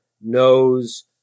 knows